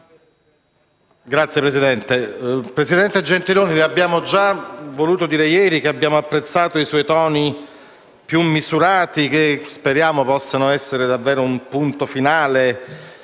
Signor Presidente, presidente Gentiloni, le abbiamo già voluto dire ieri che abbiamo apprezzato i suoi toni più misurati, che speriamo possano essere davvero un punto finale